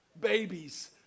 Babies